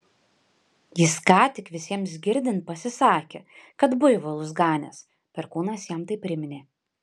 jis ką tik visiems girdint pasisakė kad buivolus ganęs perkūnas jam tai priminė